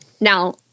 Now